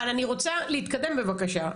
אבל אני רוצה להתקדם, בבקשה.